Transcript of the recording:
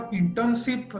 internship